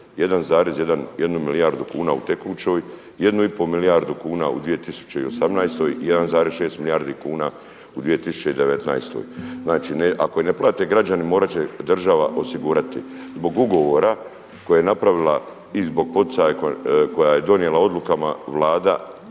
1,1 milijardu u tekućoj, 1 i pol milijardu kuna u 2018., 1,6 milijardi kuna u 2019. Znači ako ne plate građani morat će država osigurati. Zbog ugovora kojeg je napravila i zbog poticaja koja je donijela odlukama Vlada